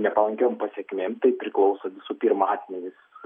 nepalankiom pasekmėm tai priklauso visų pirma asmenys